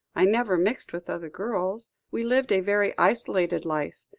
i never mixed with other girls. we lived a very isolated life,